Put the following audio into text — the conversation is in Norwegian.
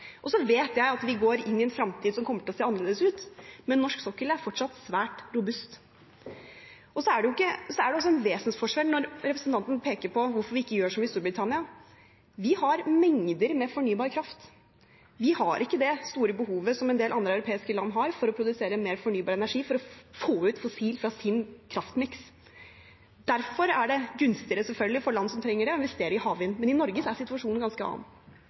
Så vet jeg at vi går inn i en fremtid som kommer til å se annerledes ut, men norsk sokkel er fortsatt svært robust. Det er også en vesensforskjell når representanten peker på hvorfor vi ikke gjør som i Storbritannia. Vi har mengder med fornybar kraft. Vi har ikke det store behovet som en del andre europeiske land har for å produsere mer fornybar energi, for å få ut fossil fra sin kraftmiks. Derfor er det selvfølgelig gunstigere for land som trenger det, å investere i havvind, men i Norge er situasjonen en ganske annen.